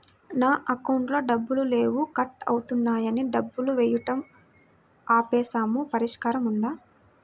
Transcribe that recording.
నా అకౌంట్లో డబ్బులు లేవు కట్ అవుతున్నాయని డబ్బులు వేయటం ఆపేసాము పరిష్కారం ఉందా?